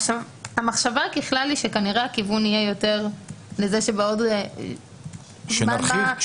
המחשבה ככלל היא שכנראה הכיוון יהיה יותר לזה שיהיו פחות עבירות בתוספת.